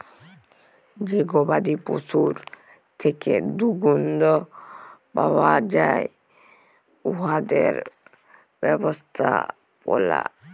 যে গবাদি পশুর থ্যাকে দুহুদ পাউয়া যায় উয়াদের ব্যবস্থাপলা